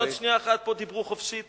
עוד שנייה אחת, פה דיברו חופשי.